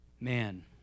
Man